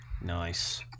Nice